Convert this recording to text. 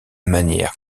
manière